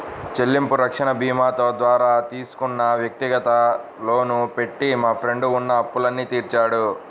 చెల్లింపు రక్షణ భీమాతో ద్వారా తీసుకున్న వ్యక్తిగత లోను పెట్టి మా ఫ్రెండు ఉన్న అప్పులన్నీ తీర్చాడు